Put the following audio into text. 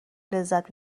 لذت